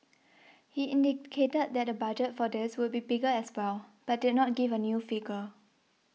he indicated that the budget for this would be bigger as well but did not give a new figure